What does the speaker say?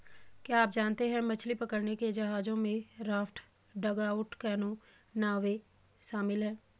क्या आप जानते है मछली पकड़ने के जहाजों में राफ्ट, डगआउट कैनो, नावें शामिल है?